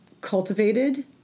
cultivated